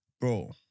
Bro